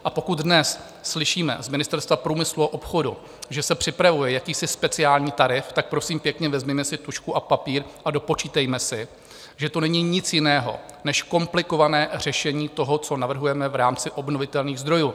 A pokud dnes slyšíme z Ministerstva průmyslu a obchodu, že se připravuje jakýsi speciální tarif, tak prosím pěkně, vezměme si tužku a papír a dopočítejme si, že to není nic jiného než komplikované řešení toho, co navrhujeme v rámci obnovitelných zdrojů.